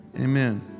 amen